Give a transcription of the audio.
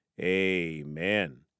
amen